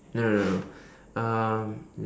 no no no no um